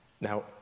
Now